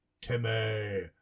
Timmy